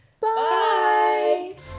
Bye